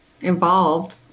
involved